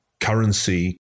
currency